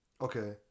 Okay